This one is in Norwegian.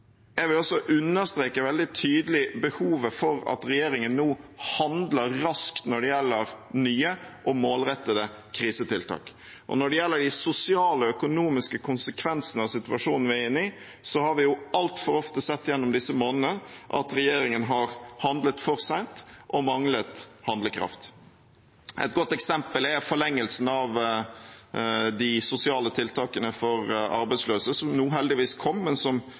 Jeg vil også understreke veldig tydelig behovet for at regjeringen nå handler raskt når det gjelder nye og målrettede krisetiltak. Når det gjelder de sosiale og økonomiske konsekvensene av situasjonen vi er inne i, har vi altfor ofte gjennom disse månedene sett at regjeringen har handlet for sent og manglet handlekraft. Et godt eksempel er forlengelsen av de sosiale tiltakene for arbeidsløse, som nå heldigvis kom, men som